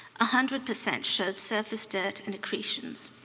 ah hundred percent showed service dirt and accretions.